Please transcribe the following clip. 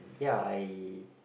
ya I